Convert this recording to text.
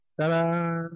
Ta-da